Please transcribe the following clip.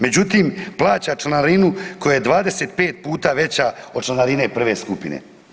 Međutim, plaća članarinu koja je 25 puta veća od članarine prve skupine.